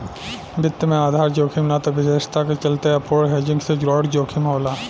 वित्त में आधार जोखिम ना त विशेषता के चलते अपूर्ण हेजिंग से जुड़ल जोखिम होला